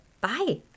bye